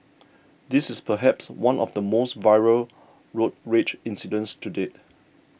this is perhaps one of the most viral road rage incidents to date